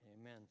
Amen